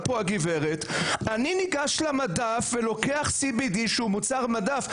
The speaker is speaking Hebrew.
פה הגברת אני ניגש למדף ולוקח CBD שהוא מוצר מדף.